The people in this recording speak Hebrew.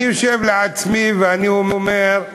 אני יושב לעצמי ואני אומר: